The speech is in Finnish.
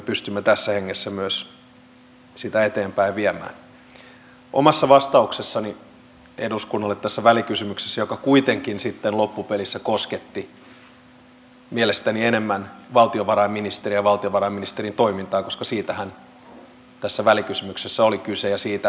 se ja sen täysi hyödyntäminen on tällaiselle maalle joka ei kuulu natoon ensiarvoisen tärkeää ja kysyisin sitä millä tavalla tässä lainsäädäntötyössä ollaan edistytty